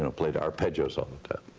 and played arpeggios all the time.